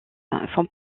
font